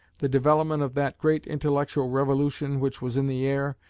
the development of that great intellectual revolution which was in the air,